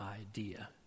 idea